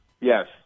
Yes